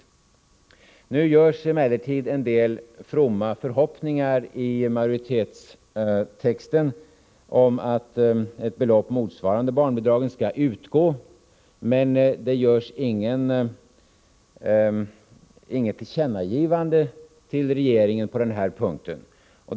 I majoritetstexten uttrycks emellertid en del fromma förhoppningar om att ett belopp motsvarande barnbidragen skall utgå, men det görs inget tillkännagivande till regeringen om detta.